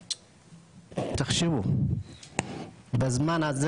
תחשבו, בזמן הזה